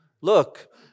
Look